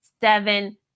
Seven